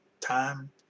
time